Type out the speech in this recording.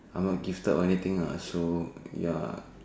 I'm not gifted or anything lah so ya